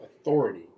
authority